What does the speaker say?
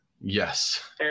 Yes